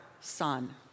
Son